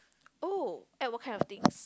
oh what kind of things